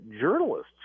journalists